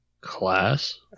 class